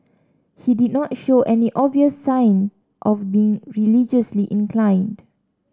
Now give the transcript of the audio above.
he did not show any obvious sign of being religiously inclined